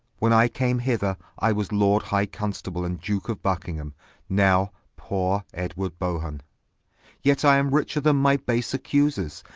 when i came hither, i was lord high constable, and duke of buckingham now, poore edward bohun yet i am richer then my base accusers,